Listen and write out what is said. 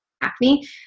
acne